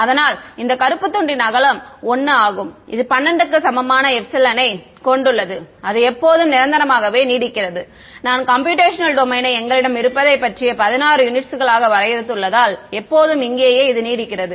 அதனால் இந்த கருப்பு துண்டின் அகலம் 1 ஆகும் இது 12 க்கு சமமான எப்சிலனைக் கொண்டுள்ளது அது எப்போதும் நிரந்தரமாக நீடிக்கிறது நான் கம்ப்யூடேஷனல் டொமைனை எங்களிடம் இருப்பதைப் பற்றிய 16 யூனிட்ஸ்களாக வரையறுத்துள்ளதால் எப்போதும் இங்கேயே இது நீடிக்கிறது